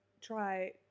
try